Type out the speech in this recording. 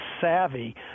savvy